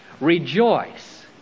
rejoice